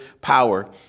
power